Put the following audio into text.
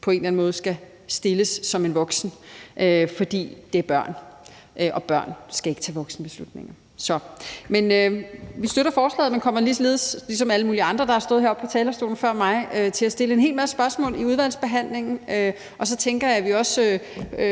på en eller anden måde skal stilles som voksne, for det er børn, og børn skal ikke tage voksenbeslutninger. Vi støtter forslaget, men kommer ligesom alle mulige andre, der har stået heroppe på talerstolen før mig, til at stille en hel masse spørgsmål i udvalgsbehandlingen, og så tænker jeg, at vi også